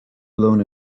blown